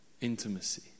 intimacy